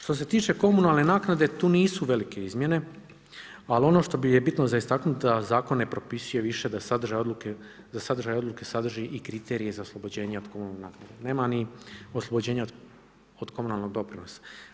Što se tiče komunalne naknade tu nisu velike izmjene ali ono što je bitno za istaknuti da zakon ne propisuje više da sadržaj odluke sadrži i kriterije za oslobođenje od komunalne naknade, nema ni oslobođenja od komunalnog doprinosa.